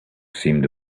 seemed